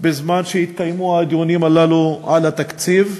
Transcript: בזמן שהתקיימו הדיונים הללו על התקציב,